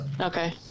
okay